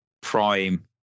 prime